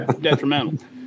detrimental